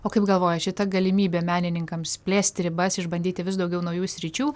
o kaip galvojat šita galimybė menininkams plėsti ribas išbandyti vis daugiau naujų sričių